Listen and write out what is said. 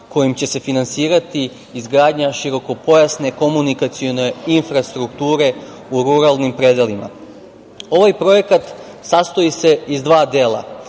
kojim će se finansirati izgradnja širokopojasne komunikacione infrastrukture u ruralnim predelima. Ovaj projekat sastoji se iz dva dela.